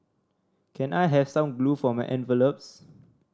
can I have some glue for my envelopes